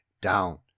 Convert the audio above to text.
down